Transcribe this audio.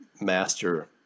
master